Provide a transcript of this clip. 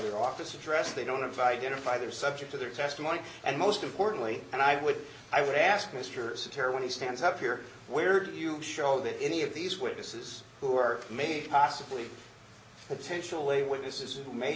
their office address they don't have identify their subject to their testimony and most importantly and i would i would ask mr terry when he stands up here where do you show that any of these witnesses who are may possibly potentially witnesses who may